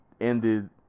ended